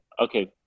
okay